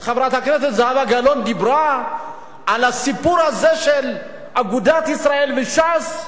דיברה חברת הכנסת זהבה גלאון על הסיפור הזה של אגודת ישראל וש"ס,